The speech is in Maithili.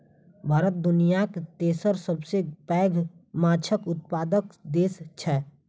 भारत दुनियाक तेसर सबसे पैघ माछक उत्पादक देस छै